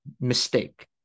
mistake